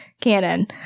Canon